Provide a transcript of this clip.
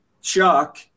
Chuck